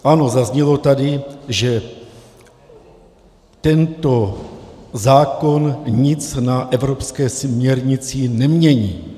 Ano, zaznělo tady, že tento zákon nic na evropské směrnici nemění.